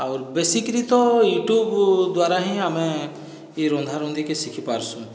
ଆଉର୍ ବେଶିକିରି ତ ୟୁଟ୍ୟୁବ ଦ୍ଵାରା ହିଁ ଆମେ ଇ ରନ୍ଧା ରୁନ୍ଧିକି ଶିଖି ପାରସୁଁ